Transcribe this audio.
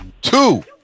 Two